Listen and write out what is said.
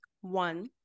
One